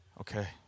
okay